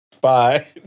Bye